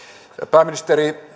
pääministeri